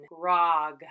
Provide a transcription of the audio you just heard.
Grog